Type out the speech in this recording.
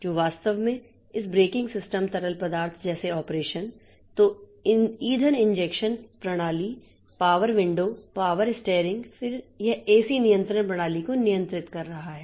जो वास्तव में इस ब्रेकिंग सिस्टम तरल पदार्थ जैसे ऑपरेशन तो ईंधन इंजेक्शन प्रणाली यह पावर विंडो पावर स्टीयरिंग फिर यह एसी नियंत्रण प्रणाली को नियंत्रित कर रहा है